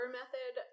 method